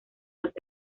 los